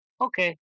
okay